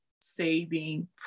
saving